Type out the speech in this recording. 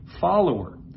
follower